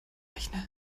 rechne